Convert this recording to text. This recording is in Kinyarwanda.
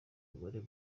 mugore